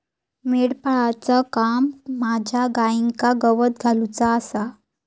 मेंढपाळाचा काम माझ्या गाईंका गवत घालुचा आसा